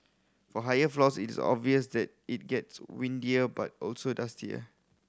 for high floors is obvious that it gets windier but also dustier